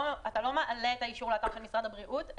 אתה לא מעלה את האישור לאתר של משרד הבריאות,